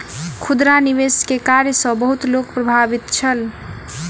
खुदरा निवेश के कार्य सॅ बहुत लोक प्रभावित छल